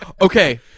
Okay